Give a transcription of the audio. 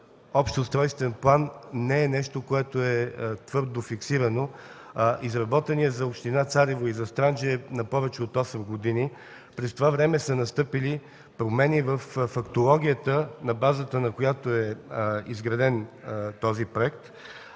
общ устройствен план не е нещо, което е твърде фиксирано. Изработеният за община Царево и за Странджа е на повече от осем години. През това време са настъпили промени във фактологията, на база на която е изграден този проект.